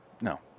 No